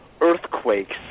Earthquakes